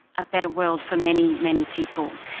a better world for many, many people.